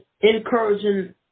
encouraging